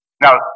Now